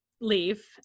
leave